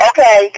Okay